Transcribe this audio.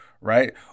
right